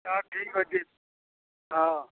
ତ ଠିକ୍ ଅଛେ ହଁ